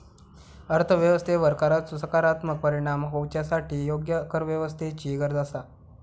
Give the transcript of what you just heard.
अर्थ व्यवस्थेवर कराचो सकारात्मक परिणाम होवच्यासाठी योग्य करव्यवस्थेची गरज आसा